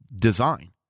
design